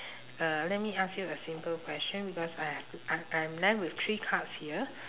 uh let me ask you a simple question because I a~ I I am left with three cards here